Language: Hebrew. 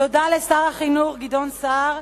תודה לשר החינוך גדעון סער,